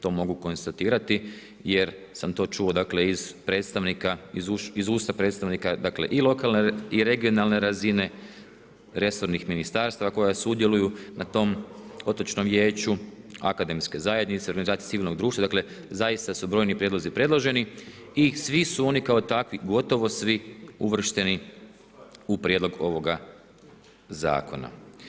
To mogu konstatirati jer sam to čuo iz usta predstavnika i lokalne i regionalne razine resornih ministarstava koja sudjeluju na tom otočnom vijeću, akademske zajednice, organizacija civilnog društva, dakle zaista su brojni prijedlozi predloženi i svi su oni kao takvi, gotovi svi uvršteni u prijedlog ovoga zakona.